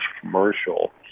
commercial